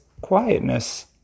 quietness